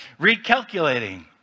recalculating